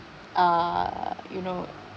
err you know